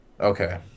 Okay